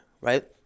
Right